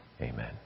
Amen